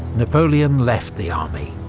napoleon left the army,